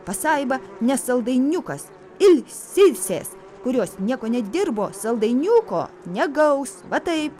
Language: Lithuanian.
pasaiba ne saldainiukas il silsės kurios nieko nedirbo saldainiuko negaus va taip